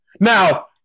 Now